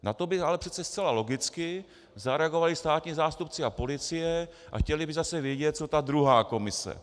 Na to by ale přece zcela logicky zareagovali státní zástupci a policie a chtěli by zase vědět, co ta druhá komise.